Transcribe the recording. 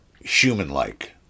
human-like